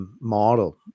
model